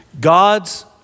God's